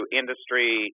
industry